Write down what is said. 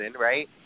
right